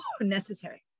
necessary